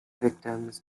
victims